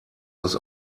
das